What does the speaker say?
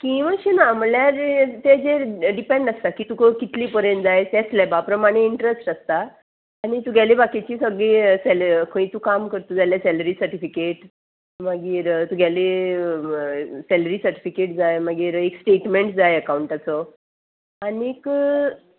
scheme अशें ना म्हणल्यार तेजेर डिपेंड आसता की तुका कितले पर्यंत जाय ते स्लेबा प्रमाणे इंट्रस्ट आसता आनी तुगेली बाकीची सगळी सॅल खंय तूं काम करता जाल्यार सॅलरी सर्टिफिकेट मागीर तुगेली सॅलरी सर्टिफिकेट जाय मागीर एक स्टेटमेंट जाय अकावंटाचो आनीक